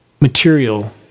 material